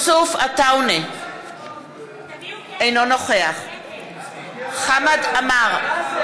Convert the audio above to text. אינו נוכח חמד עמאר,